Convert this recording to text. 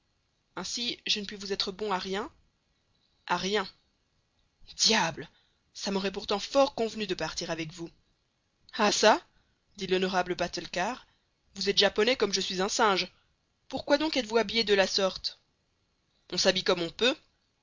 ainsi je ne puis vous être bon à rien a rien diable ça m'aurait pourtant fort convenu de partir avec vous ah çà dit l'honorable batulcar vous êtes japonais comme je suis un singe pourquoi donc êtes-vous habillé de la sorte on s'habille comme on peut